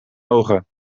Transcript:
ogen